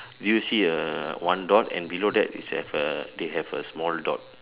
do you see a uh one dot and below that they have a they have a small dot